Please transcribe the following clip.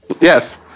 Yes